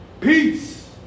Peace